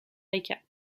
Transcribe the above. rica